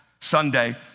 Sunday